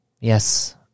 Yes